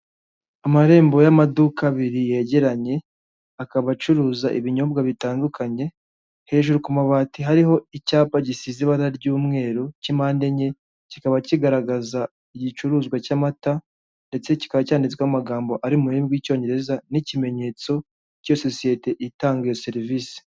Amarembo y'amaduka abiri yegeranye, akaba acuruza ibinyobwa bitandukanye, hejuru ku mabati hariho icyapa gisize ibara ry'umweru cy'impande enye, kikaba kigaragaza igicuruzwa cy'amata, ndetse kikaba cyanditsweho amagambo ari mu rurimi rw'icyongereza, n'ikimenyetso cya sosiyete itanga iyo serivisi.